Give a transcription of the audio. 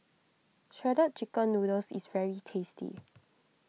Shredded Chicken Noodles is very tasty